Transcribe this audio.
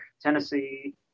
Tennessee